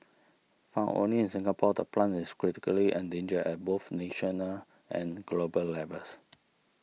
found only in Singapore the plant is critically endangered at both national and global levels